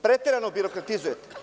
Preterano birokratizujete.